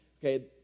okay